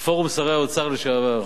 פורום שרי האוצר לשעבר.